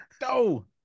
No